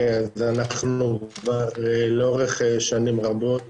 בסמים עוסקים בנושאים של הסמים,